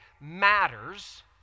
matters